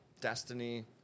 destiny